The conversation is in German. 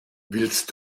willst